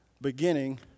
beginning